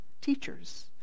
teachers